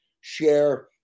share